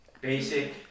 Basic